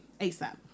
ASAP